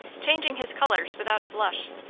changing his colors without a blush.